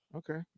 okay